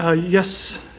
ah yes.